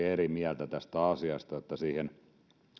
eri mieltä tästä asiasta että siihen